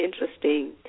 interesting